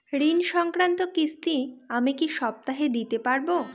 ঋণ সংক্রান্ত কিস্তি আমি কি সপ্তাহে দিতে পারবো?